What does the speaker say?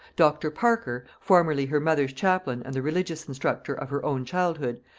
dr. parker, formerly her mother's chaplain and the religious instructor of her own childhood,